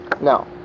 Now